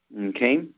okay